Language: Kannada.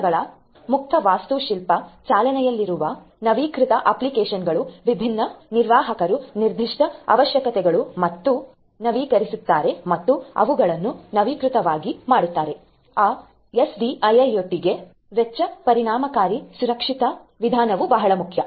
ಸಾಧನಗಳ ಮುಕ್ತ ವಾಸ್ತುಶಿಲ್ಪ ಚಾಲನೆಯಲ್ಲಿರುವ ನವೀಕೃತ ಅಪ್ಲಿಕೇಶನ್ಗಳು ವಿಭಿನ್ನ ನಿರ್ವಾಹಕರು ನಿರ್ದಿಷ್ಟ ಅವಶ್ಯಕತೆಗಳು ನವೀಕರಿಸುತ್ತಾರೆ ಮತ್ತು ಅವುಗಳನ್ನು ನವೀಕೃತವಾಗಿ ಮಾಡುತ್ತಾರೆ ಆ SDIIoT ಗೆ ವೆಚ್ಚ ಪರಿಣಾಮಕಾರಿ ಸುರಕ್ಷಿತ ವಿಧಾನವೂ ಬಹಳ ಮುಖ್ಯ